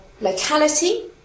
locality